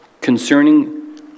concerning